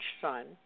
son